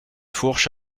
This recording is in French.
fourche